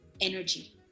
energy